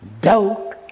doubt